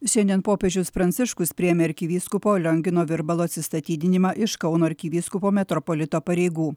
šiandien popiežius pranciškus priėmė arkivyskupo liongino virbalo atsistatydinimą iš kauno arkivyskupo metropolito pareigų